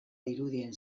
dirudien